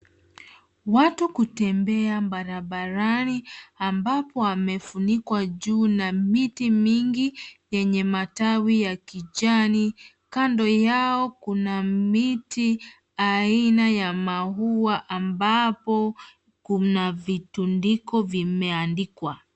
Watu kutembea barabarani ambapo amefunikwa juu na miti mingi yenye matawi ya kijani. Kando yao kuna miti aina ya maua ambapo kuna vitundiko vimeandikwa.